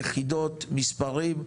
יחידות, מספרים.